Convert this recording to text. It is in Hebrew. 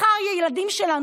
מחר הילדים שלנו,